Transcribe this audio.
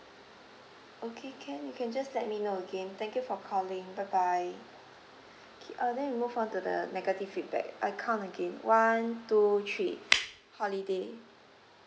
okay can you can just let me know again thank you for calling bye bye okay uh then we move on to the negative feedback I count again one two three holiday